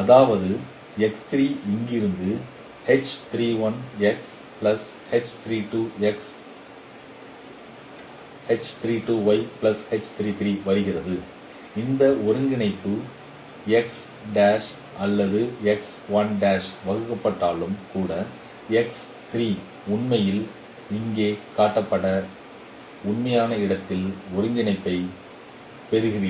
அதாவது இங்கிருந்து வருகிறது இந்த ஒருங்கிணைப்பு அல்லது வகுக்கப்பட்டிருந்தாலும் கூட உண்மையில் இங்கே காணப்பட்ட உண்மையான இடத்தில் ஒருங்கிணைப்பைப் பெறுவீர்கள்